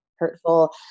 Hurtful